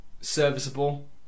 serviceable